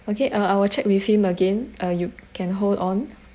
okay uh I will check with him again uh you can hold on